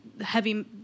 heavy